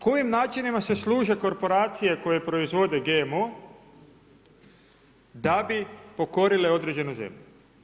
Kojim načinima se služe korporacije koje proizvode GMO da bi pokorile određenu zemlju?